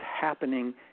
happening